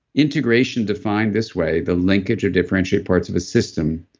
integration defined this way, the linkage of differentiated parts of a system,